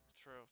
True